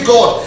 God